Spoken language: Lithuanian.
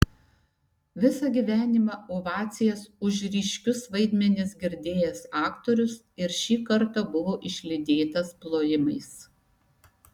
visą gyvenimą ovacijas už ryškius vaidmenis girdėjęs aktorius ir šį kartą buvo išlydėtas plojimais